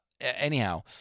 Anyhow